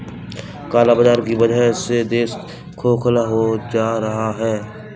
काला बाजार की वजह से देश खोखला होता जा रहा है